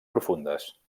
profundes